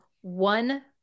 one